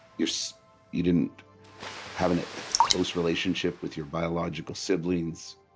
your so you didn't have a close relationship with your biological siblings.